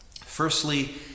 Firstly